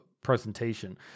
presentation